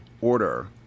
order